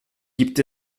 gibt